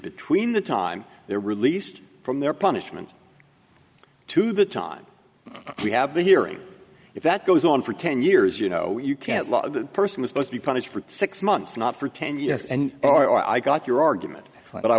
between the time they're released from their punishment to the time we have the hearing if that goes on for ten years you know you can't love the person as opposed be punished for six months not for ten years and oh i got your argument but i